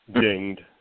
dinged